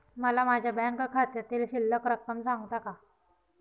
मला माझ्या बँक खात्यातील शिल्लक रक्कम सांगता का?